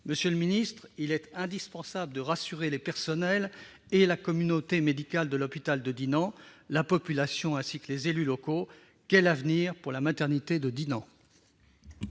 Monsieur le secrétaire d'État, il est indispensable de rassurer les personnels et la communauté médicale de l'hôpital de Dinan, la population, ainsi que les élus locaux : quel est l'avenir de la maternité de Dinan ?